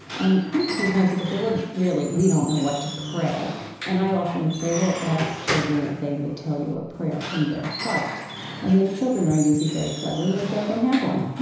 and i think sometimes people say, well, really, we don't know what to pray and i often say, well, ask children if they would tell you a prayer from their heart and then children are usually very clever and they say, i don't have one